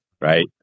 right